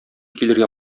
килергә